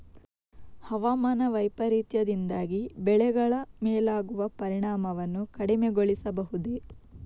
ಹವಾಮಾನ ವೈಪರೀತ್ಯದಿಂದಾಗಿ ಬೆಳೆಗಳ ಮೇಲಾಗುವ ಪರಿಣಾಮವನ್ನು ಕಡಿಮೆಗೊಳಿಸಬಹುದೇ?